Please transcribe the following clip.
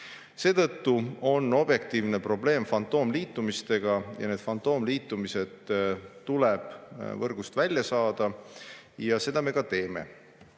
Seetõttu on objektiivne probleem fantoomliitumistega ja need fantoomliitumised tuleb võrgust välja saada. Seda me ka teeme.